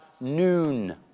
noon